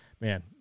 man